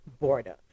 border